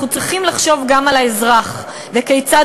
אנחנו צריכים לחשוב גם על האזרח וכיצד